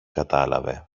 κατάλαβε